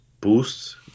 boost